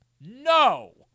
no